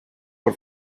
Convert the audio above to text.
por